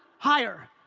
higher.